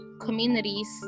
communities